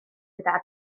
gyda